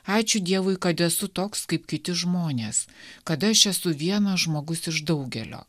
ačiū dievui kad esu toks kaip kiti žmonės kad aš esu vienas žmogus iš daugelio